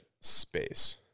space